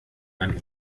man